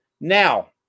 Now